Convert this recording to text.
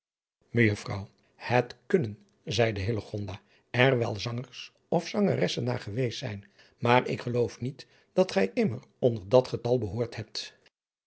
mejuffrouw het kunnen zeide hillegonda er wel zangers of zangeressen naar geweest zijn maar ik geloof niet dat gij immer onder dat getal behoort hebt